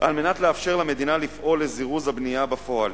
על מנת לאפשר למדינה לפעול לזירוז הבנייה בפועל.